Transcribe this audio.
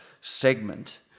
segment